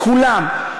כולם,